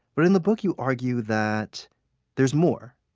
but, in the book you argue that there's more.